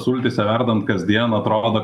sultyse verdant kasdien atrodo